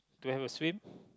to have a swim